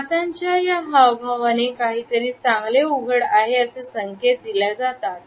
हातांच्या या हावभावाने काहीतरी चांगले घडले आहे तसे संकेत दिल्या जातात